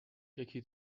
یکی